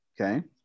okay